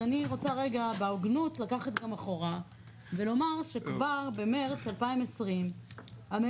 אז אני רוצה כרגע בהוגנות לקחת גם אחורה ולומר שכבר במארס 2020 הממ"מ